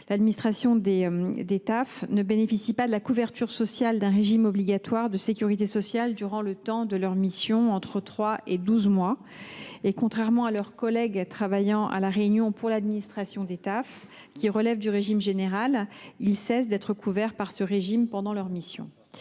que contrôleurs de pêche ne bénéficient pas de la couverture d’un régime obligatoire de sécurité sociale durant le temps de leur mission, qui varie entre 3 et 12 mois. Contrairement à leurs collègues travaillant à La Réunion pour l’administration des Taaf, qui relèvent du régime général, ils cessent d’être couverts par ce régime pendant leur mission.